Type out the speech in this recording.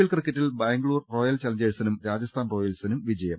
L ക്രിക്കറ്റിൽ Bangalore royal ചലഞ്ചേ ഴ്സിനും രാജസ്ഥാൻ റോയൽസിനും വിജയം